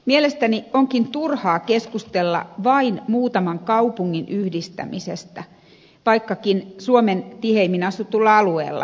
mielestäni onkin turhaa keskustella vain muutaman kaupungin yhdistämisestä vaikkakin suomen tiheimmin asutulla alueella